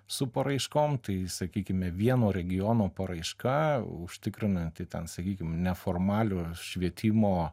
su paraiškom tai sakykime vieno regiono paraiška užtikrina tai ten sakykim neformalio švietimo